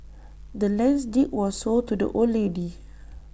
the land's deed was sold to the old lady